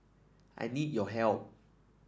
I need your help